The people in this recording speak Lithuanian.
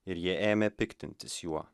ir jie ėmė piktintis juo